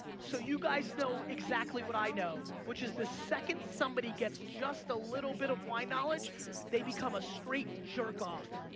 so you guys know exactly what i know which is the second somebody gets just a little bit of wine knowledge they become a straight jerk off.